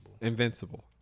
Invincible